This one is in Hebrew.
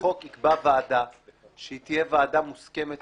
החוק יקבע ועדה שהיא תהיה ועדה מוסכמת